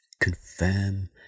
confirm